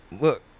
Look